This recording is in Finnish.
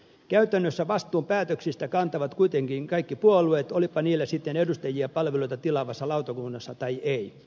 käytännössä vastuun päätöksistä kantavat kuitenkin kaikki puolueet olipa niillä sitten edustajia palveluita tilaavassa lautakunnassa tai ei